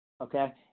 okay